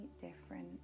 different